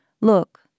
Look